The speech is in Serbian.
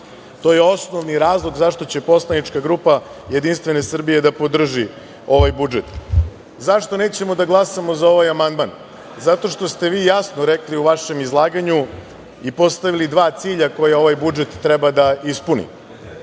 To je osnovni razlog zašto će poslanička grupa JS da podrži ovaj budžet.Zašto nećemo da glasamo za ovaj amandman? Zato što ste vi jasno rekli u vašem izlaganju i postavili dva cilja koji ovaj budžet treba da ispuni.